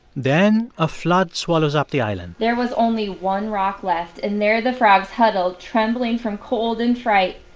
then, a flood swallows up the island there was only one rock left. and there the frogs huddled, trembling from cold and fright.